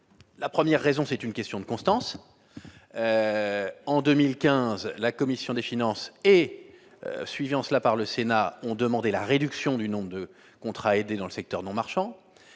Premièrement, il s'agit d'une question de constance. En 2015, la commission des finances, suivie en cela par le Sénat, a souhaité la réduction du nombre de contrats aidés dans le secteur non marchand.